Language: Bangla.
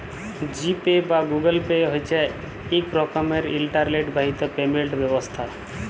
জি পে বা গুগুল পে হছে ইক রকমের ইলটারলেট বাহিত পেমেল্ট ব্যবস্থা